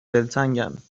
دلتنگم